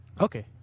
Okay